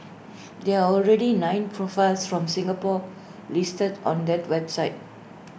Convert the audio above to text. there are already nine profiles from Singapore listed on that website